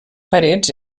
parets